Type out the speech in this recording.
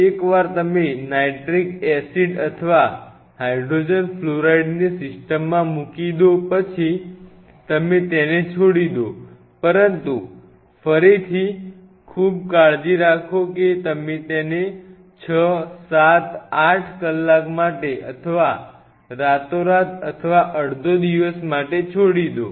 એકવાર તમે nitric acid અથવા હાઈડ્રોજન ફ્લોરાઈડને સિસ્ટમમાં મૂકી દો પછી તમે તેને છોડી દો પરંતુ ફરીથી ખૂબ કાળજી રાખો કે તમે તેને 6 7 8 કલાક માટે અથવા રાતોરાત અથવા અડધો દિવસ માટે છોડી દો